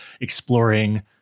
exploring